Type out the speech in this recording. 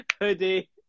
hoodie